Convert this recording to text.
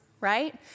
right